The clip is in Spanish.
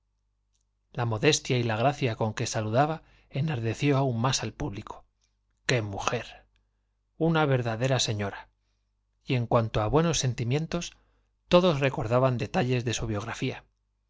la modestia y la gracia con que saludaba enardeció aun más al público i qué mujer una verdadera señora y en cuanto á buenos sentimientos todos recordaban detalles de su biografía